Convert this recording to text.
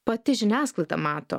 pati žiniasklaida mato